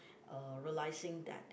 uh realizing that